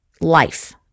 life